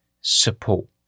support